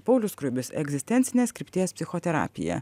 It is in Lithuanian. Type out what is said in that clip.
paulius skruibis egzistencinės krypties psichoterapija